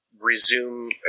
resume